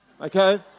okay